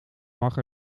mag